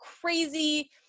crazy